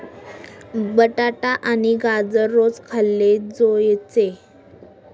बटाटा आणि गाजर रोज खाल्ले जोयजे